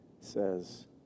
says